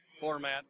format